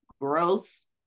gross